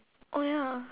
oh ya